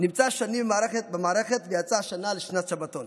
שנמצא שנים במערכת ויצא השנה לשנת שבתון.